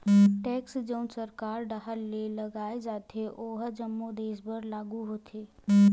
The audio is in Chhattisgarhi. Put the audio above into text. टेक्स जउन सरकार डाहर ले लगाय जाथे ओहा जम्मो देस बर लागू होथे